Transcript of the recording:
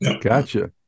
Gotcha